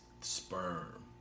sperm